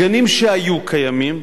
גנים שהיו קיימים,